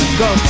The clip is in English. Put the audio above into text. go